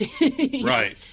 Right